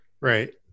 right